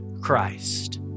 Christ